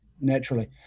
naturally